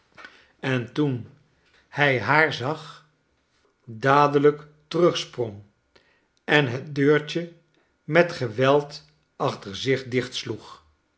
en toen hij haar zag dadelijk terugsprong en het deurtje met geweld achter zich